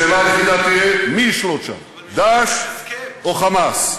השאלה היחידה תהיה מי ישלוט שם, "דאעש" או "חמאס"?